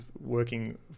working